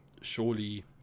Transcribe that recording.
surely